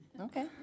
Okay